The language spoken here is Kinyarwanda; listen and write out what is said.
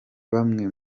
bamwe